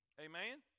Amen